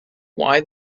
why